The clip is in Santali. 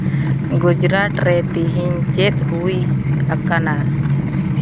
ᱜᱩᱡᱽᱨᱟᱴ ᱨᱮ ᱛᱮᱦᱮᱧ ᱪᱮᱫ ᱦᱩᱭ ᱟᱠᱟᱱᱟ